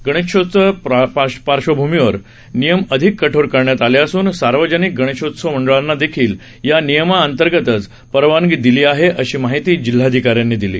गणेशोत्सवाच्या पार्श्वभ्मीवर नियम अधिक कठोर करण्यात आले असून सार्वजनिक गणेशोत्सव मंडळांना देखील या नियमा अंतर्गतच परवानगी दिली आहे अशी माहिती जिल्हाधिकाऱ्यांनी दिली